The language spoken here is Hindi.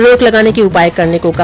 रोक लगाने के उपाय करने को कहा